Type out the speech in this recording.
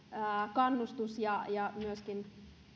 kannustus ja ja myöskin